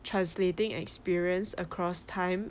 translating experience across time